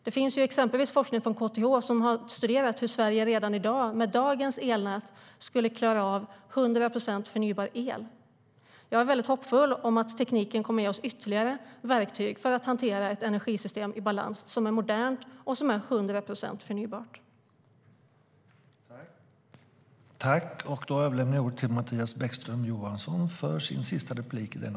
Exempelvis visar forskning från KTH, där man studerat detta, att Sverige redan med dagens elnät skulle klara av 100 procent förnybar el. Jag är mycket hoppfull om att tekniken kommer att ge oss ytterligare verktyg för att hantera ett energisystem i balans som är modernt och 100 procent förnybart.